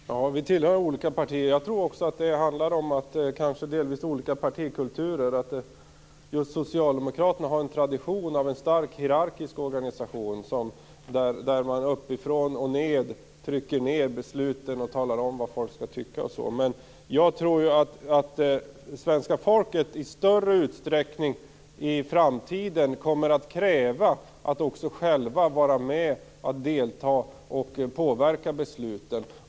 Fru talman! Ja, vi tillhör olika partier. Det handlar kanske delvis också om olika partikulturer. Socialdemokraterna har en starkt hierarkisk organisationstradition, där man uppifrån trycker igenom besluten, talar om vad folk skall tycka osv. Jag tror dock att man från svenska folket i framtiden i större utsträckning kommer att kräva att själv få vara med om att påverka besluten.